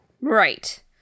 Right